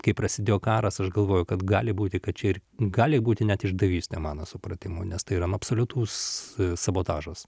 kai prasidėjo karas aš galvoju kad gali būti kad čia gali būti net išdavystė mano supratimu nes tai yra absoliutus sabotažas